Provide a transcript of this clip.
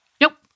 Nope